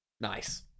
nice